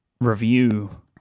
review